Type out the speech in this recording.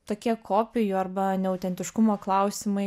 tokie kopijų arba neautentiškumo klausimai